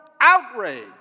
outrage